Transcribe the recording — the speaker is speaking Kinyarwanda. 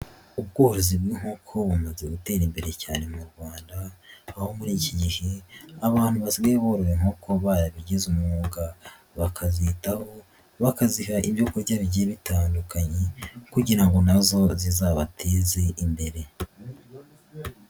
Ubworozi bw'inkoko bumaze guterari imbere cyane mu Rwanda, aho muri iki gihe abantu basigaye borora inkoko babigize umwuga, bakabyitaho, bakaziha ibyorya bigiye bitandukanye kugira ngo na zo zizabateze imbere.